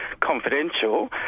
confidential